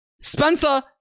Spencer